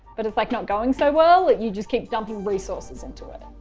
but it's like not going so well, you just keep dumping resources into it.